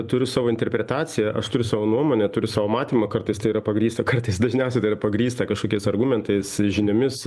turiu savo interpretaciją aš turiu savo nuomonę turiu savo matymą kartais tai yra pagrįsta kartais dažniausiai tai yra pagrįsta kažkokiais argumentais žiniomis